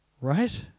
right